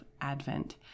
Advent